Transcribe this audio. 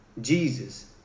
Jesus